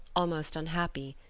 almost unhappy.